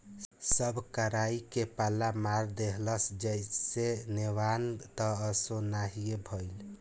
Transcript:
सब कराई के पाला मार देहलस जईसे नेवान त असो ना हीए भईल